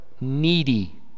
needy